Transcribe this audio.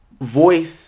voice